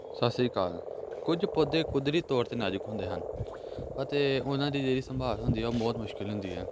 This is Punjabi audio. ਸਤਿ ਸ਼੍ਰੀ ਅਕਾਲ ਕੁਝ ਪੌਦੇ ਕੁਦਰਤੀ ਤੌਰ 'ਤੇ ਨਾਜ਼ੁਕ ਹੁੰਦੇ ਹਨ ਅਤੇ ਉਹਨਾਂ ਦੀ ਜਿਹੜੀ ਸੰਭਾਲ ਹੁੰਦੀ ਹੈ ਉਹ ਬਹੁਤ ਮੁਸ਼ਕਿਲ ਹੁੰਦੀ ਹੈ